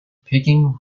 picking